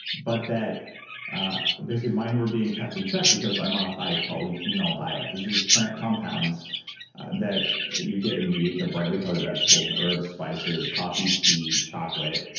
but ah basically, mine were being kept in check because i'm on a high polyphenol diet. these are these plant compounds that you get when you eat the bread. they call it vegetables, and herbs, spices, coffee tea, chocolate,